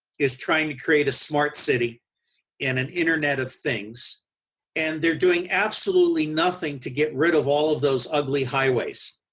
is trying to create a smart city and an internet of things and they're doing absolutely nothing to get rid of all those ugly highways.